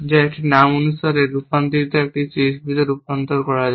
যা একটি নাম অনুসারে রূপান্তরিতকে একটি CSPতে রূপান্তরিত করা হয়